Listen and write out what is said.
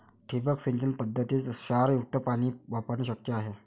ठिबक सिंचन पद्धतीत क्षारयुक्त पाणी वापरणे शक्य आहे